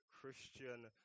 Christian